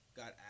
got